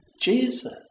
Jesus